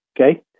Okay